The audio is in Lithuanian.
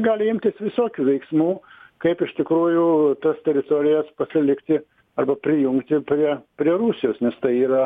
gali imtis visokių veiksmų kaip iš tikrųjų tas teritorijas pasilikti arba prijungti prie prie rusijos nes tai yra